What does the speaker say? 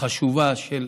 חשובה של אנשים,